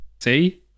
See